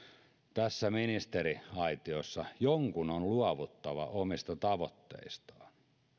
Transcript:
tässä ministeriaitiossa jonkun on luovuttava omista tavoitteistaan